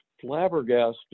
flabbergasted